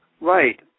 right